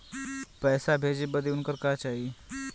पैसा भेजे बदे उनकर का का चाही?